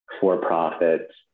for-profit